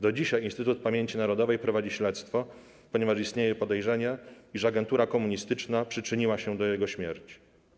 Do dzisiaj Instytut Pamięci Narodowej prowadzi śledztwo, ponieważ istnieje podejrzenie, iż agentura komunistyczna przyczyniła się do jego śmierci.